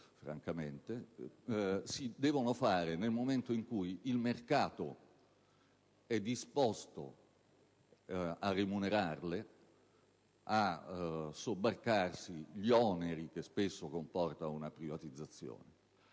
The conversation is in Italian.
francamente meno) si devono fare nel momento in cui il mercato è disposto a remunerarle, a sobbarcarsi gli oneri che spesso comporta una privatizzazione.